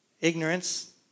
ignorance